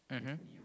mmhmm